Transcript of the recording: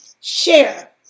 share